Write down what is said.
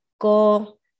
go